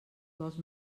vols